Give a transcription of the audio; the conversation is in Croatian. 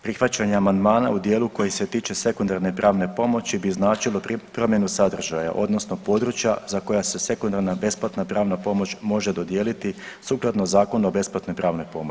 Prihvaćanje amandmana u dijelu koji se tiče sekundarne pravne pomoći bi značilo promjenu sadržaja odnosno područja za koja se sekundarna besplatna pravna pomoć može dodijeliti sukladno Zakonu o besplatnoj pravnoj pomoći.